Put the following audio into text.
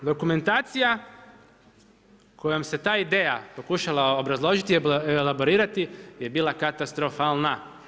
Dokumentacija kojom se ta ideja pokušala obrazložiti i elaborirati je bila katastrofalna.